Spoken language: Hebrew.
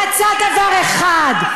הוא רצה דבר אחד.